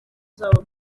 zabo